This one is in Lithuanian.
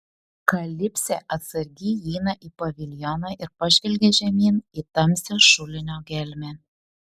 kalipsė atsargiai įeina į paviljoną ir pažvelgia žemyn į tamsią šulinio gelmę